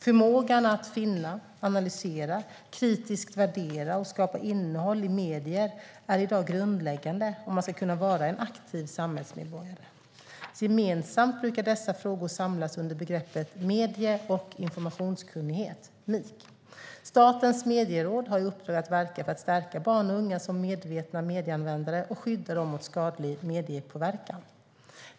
Förmågan att finna, analysera, kritiskt värdera och skapa innehåll i medier är i dag grundläggande om man ska kunna vara en aktiv samhällsmedborgare. Gemensamt brukar dessa förmågor samlas under begreppet medie och informationskunnighet, MIK. Statens medieråd har i uppdrag att verka för att stärka barn och unga som medvetna medieanvändare och skydda dem mot skadlig mediepåverkan.